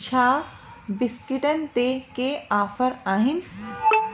छा बिस्कुटनि ते के ऑफर आहिनि